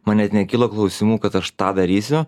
man net nekilo klausimų kad aš tą darysiu